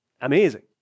amazing